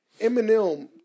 Eminem